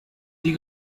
die